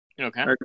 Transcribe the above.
Okay